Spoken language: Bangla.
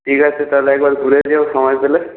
ঠিক আছে তাহলে একবার ঘুরে যেও সময় পেলে